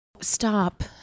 Stop